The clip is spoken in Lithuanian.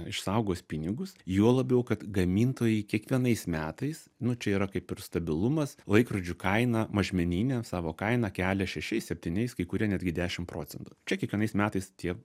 išsaugos pinigus juo labiau kad gamintojai kiekvienais metais nu čia yra kaip ir stabilumas laikrodžių kaina mažmeninė savo kainą kelia šešiais septyniais kai kurie netgi dešimt procentų čia kiekvienais metais tie